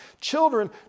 Children